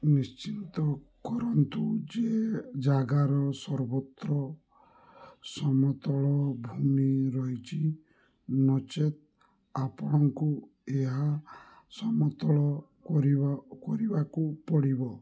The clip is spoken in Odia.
ନିଶ୍ଚିନ୍ତ କରନ୍ତୁ ଯେ ଜାଗାର ସର୍ବତ୍ର ସମତଳ ଭୂମି ରହିଛି ନଚେତ୍ ଆପଣଙ୍କୁ ଏହା ସମତଳ କରିବା କରିବାକୁ ପଡ଼ିବ